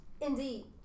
Indeed